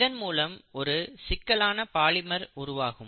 இதன்மூலம் ஒரு சிக்கலான பாலிமர் உருவாகும்